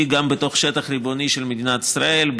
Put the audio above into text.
גם בתוך השטח הריבוני של מדינת ישראל,